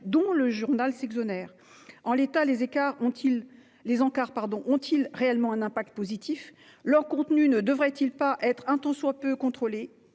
dont le journal s'exonère. En l'état, ces encarts ont-ils réellement un effet positif ? Leur contenu ne devrait-il pas être un tant soit peu contrôlé